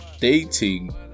dating